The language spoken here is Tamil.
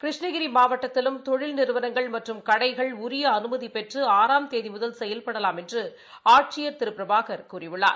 கிருஷ்ணகிரிமாவட்டத்திலும் தொழில் நிறுவனங்கள் மற்றும் கடைகள் உரியஅனுமதிபெற்றுஆறாம் தேதிமுதல் செயல்படலாம் என்றுஆட்சியர் திருபிரபாகர் கூறியுள்ளார்